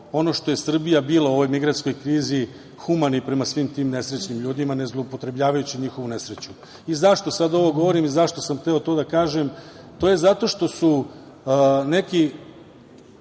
ono što je Srbija bila u ovoj migrantskoj krizi, humana i prema svim tim nesrećnim ljudima, ne zloupotrebljavajući njihovu nesreću.Zašto sada ovo govorim i zašto sam hteo to da kažem? To je zato što su neke